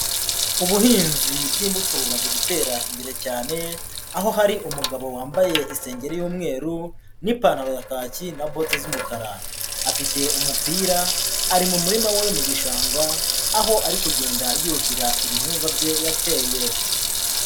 Ubuhinzi bw'imbuto bumaze gutera imbere cyane, aho hari umugabo wambaye isengeri y'umweru, n'ipantaro ya kaki na bote z'umukara. Afite umupira, ari mu murima we mu gishanga, aho ari kugenda yuhira ibihingwa bye yateye.